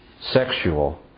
Sexual